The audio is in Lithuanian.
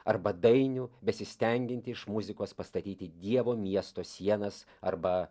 arba dainių besistengiantį iš muzikos pastatyti dievo miesto sienas arba